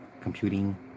computing